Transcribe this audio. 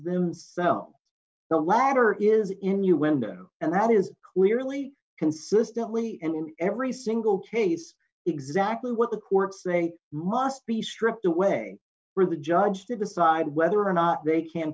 themselves the latter is in you window and that is clearly consistently and in every single case exactly what the courts say must be stripped away for the judge to decide whether or not they can